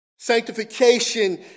Sanctification